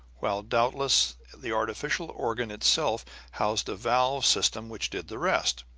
while doubtless the artificial organ itself housed a valve system which did the rest.